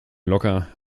locker